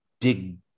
dig